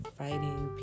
fighting